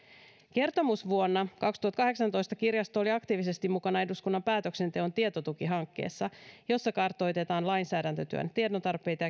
kertomusvuonna kaksituhattakahdeksantoista kirjasto oli aktiivisesti mukana eduskunnan päätöksenteon tietotukihankkeessa jossa kartoitetaan lainsäädäntötyön tiedontarpeita